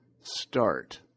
start